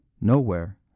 Nowhere